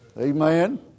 Amen